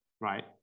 right